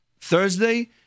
Thursday